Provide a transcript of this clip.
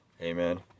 amen